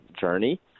journey